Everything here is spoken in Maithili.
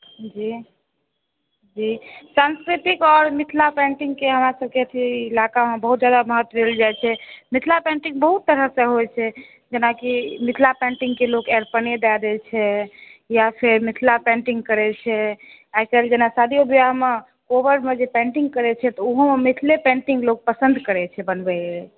जी जी जी सांस्कृतिक आओर मिथिला पेन्टिंगके तऽ अहॉँ सभके इलाकामे बहुत जादा महत्व देल जाइ छै मिथिला पेन्टिंग बहुत तरहसे होइ छै जेनाकि मिथिला पेन्टिंगके लोक अरिपन दय देइ छै या फेर मिथिला पेन्टिंग करै छै आइकाल्हि जेना शादियो विवाहमे कोबरमे जे पेन्टिंग करै छै तऽ ओहोमे मिथिले पेन्टिंग लोक पसन्द करै छै बनबै लेल